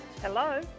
Hello